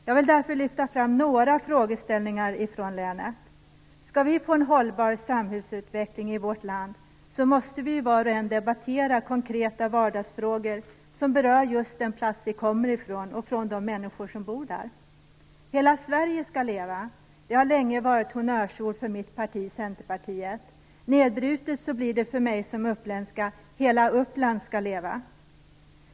Jag vill därför lyfta fram några frågeställningar från länet. Skall vi få en hållbar samhällsutveckling i vårt land måste vi var och en debattera konkreta vardagsfrågor som berör just den plats vi kommer ifrån och de människor som bor där. "Hela Sverige skall leva" har länge varit honnörsord för mitt parti, Centerpartiet. Nedbrutet blir det för mig som uppländska: "Hela Uppland skall leva".